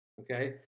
okay